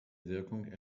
wirkung